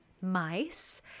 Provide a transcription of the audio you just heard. mice